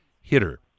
hitter